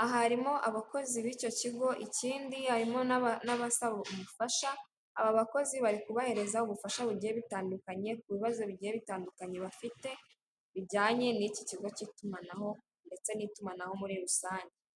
aha harimo abakozi b'icyo kigo, ikindi harimo n'abasaba ubufasha, aba bakozi bari kubahereza ubufasha bugiye butandukanye, ku bibazo bigiye bitandukanye bafite, bijyanye n'iki kigo cy'itumanaho ndetse n'itumanaho muri rusange.